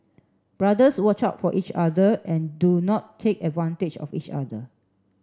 brothers watch out for each other and do not take advantage of each other